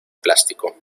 plástico